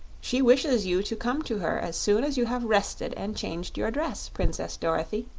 she wishes you to come to her as soon as you have rested and changed your dress, princess dorothy.